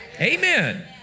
Amen